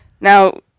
now